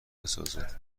سازد